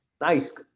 nice